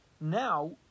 Now